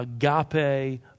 agape